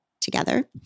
together